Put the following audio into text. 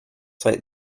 cite